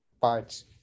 parts